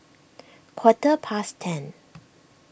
quarter past ten